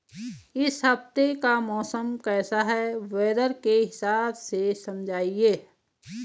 इस हफ्ते का मौसम कैसा है वेदर के हिसाब से समझाइए?